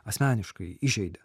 asmeniškai įžeidė